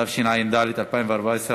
התשע"ד 2014,